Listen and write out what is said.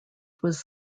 was